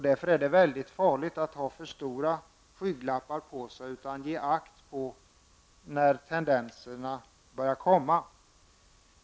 Därför är det mycket farligt att ha för stora skygglappar på sig. Man måste ge akt på situationen och uppmärksamma begynnande tendenser.